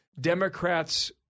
Democrats